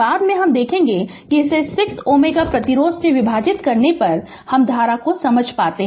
बाद में हम देखेंगे कि इसे 6 Ω प्रतिरोध से विभाजित करने पर धारा को समझ पाते है